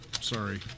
Sorry